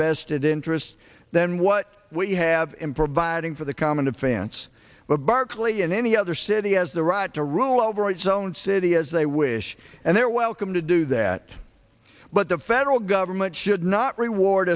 vested interests than what we have in providing for the common defense but barkley and any other city has the right to rule over its own city as they wish and they're welcome to do that but the federal government should not reward